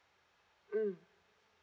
mm